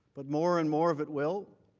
but more and more of it well.